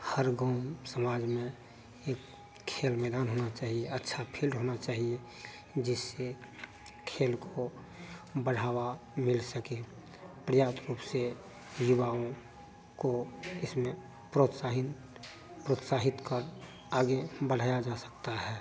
हर गाँव समाज में एक खेल मैदान होना चाहिए अच्छा फील्ड होना चाहिए जिससे खेल को बढ़ावा मिल सके पर्याप्त रूप से युवाओं को इसमें प्रोत्साहित प्रोत्साहित कर आगे बढ़ाया जा सकता है